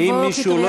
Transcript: ואם מישהו,